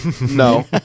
No